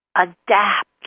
adapt